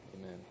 Amen